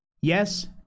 yes